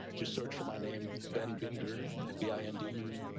just search for my name. ben bender vi n d